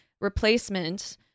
replacement